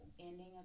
ending